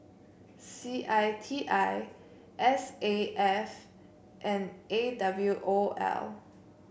C I T I S A F and A W O L